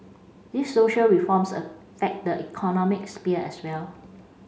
these social reforms affect the economic sphere as well